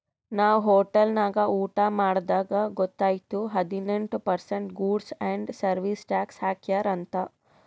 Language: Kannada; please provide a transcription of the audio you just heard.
ನಾವ್ ಹೋಟೆಲ್ ನಾಗ್ ಊಟಾ ಮಾಡ್ದಾಗ್ ಗೊತೈಯ್ತು ಹದಿನೆಂಟ್ percent goods and service tax ಹಾಕ್ಯಾರ್ ಅಂತ್